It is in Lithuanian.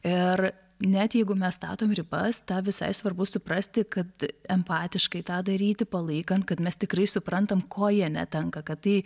ir net jeigu mes statom ribas tą visai svarbu suprasti kad empatiškai tą daryti palaikant kad mes tikrai suprantam ko jie netenka kad tai